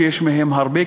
שיש מהם הרבה,